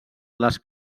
les